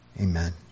Amen